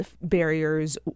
barriers